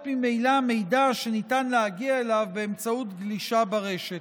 ממילא מידע שניתן להגיע אליו באמצעות גלישה ברשת.